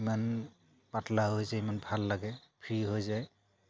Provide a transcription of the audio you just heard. ইমান পাতলা হৈ যায় ইমান ভাল লাগে ফ্ৰী হৈ যায়